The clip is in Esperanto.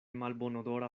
malbonodora